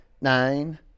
nine